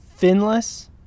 Finless